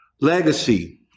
Legacy